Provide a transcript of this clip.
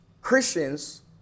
Christians